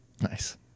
nice